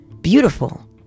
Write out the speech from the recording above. beautiful